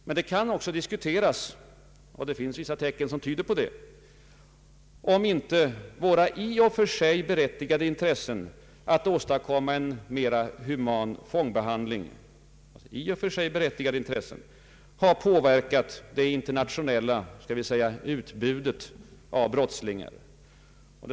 Men det kan också diskuteras, om inte vårt i och för sig berättigade intresse att åstadkomma en mer human fångbehandling har påverkat det internationella ”utbudet” av brottslingar — det finns vissa tecken som tyder på det.